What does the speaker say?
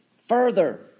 further